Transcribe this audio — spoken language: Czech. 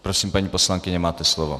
Prosím, paní poslankyně, máte slovo.